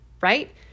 right